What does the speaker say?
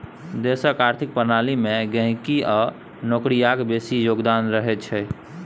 देशक आर्थिक प्रणाली मे गहिंकी आ नौकरियाक बेसी योगदान रहैत छै